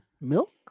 Milk